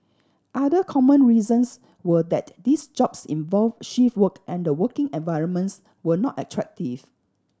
other common reasons were that these jobs involved shift work and the working environments were not attractive